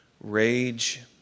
rage